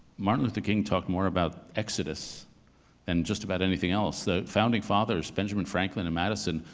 martin luther king talked more about exodus than just about anything else. the founding fathers, benjamin franklin and madison,